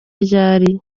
ryari